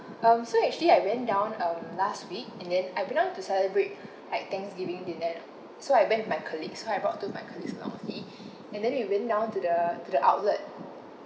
um so actually I went down um last week and then I planning to celebrate like thanksgiving dinner and so I went with my colleagues so I brought two of my colleagues went out with me and then we went down to the to the outlet